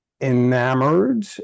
enamored